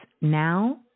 now